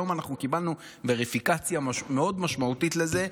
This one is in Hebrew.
היום אנחנו קיבלנו וריפיקציה מאוד משמעותית לזה.